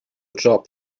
job